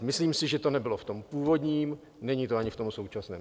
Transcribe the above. Myslím si, že to nebylo v tom původním, není to ani v tom současném.